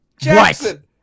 Jackson